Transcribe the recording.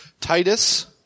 Titus